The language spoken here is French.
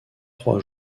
trois